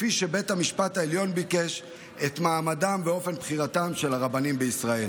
את מעמדם ואופן בחירתם של הרבנים בישראל,